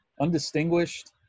undistinguished